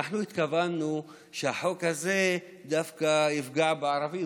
אנחנו התכוונו שהחוק הזה דווקא יפגע בערבים,